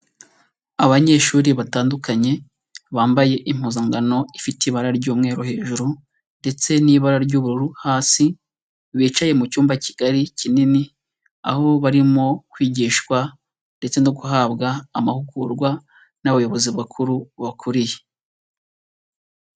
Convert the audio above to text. Abanyeshuri batandukanye bambaye impuzankano ifite ibara ry'umweru hejuru ndetse n'ibara ry'ubururu hasi, bicaye mu cyumba kigari kinini, aho barimo kwigishwa ndetse no guhabwa amahugurwa n'abayobozi bakuru babakuriye.